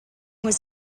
was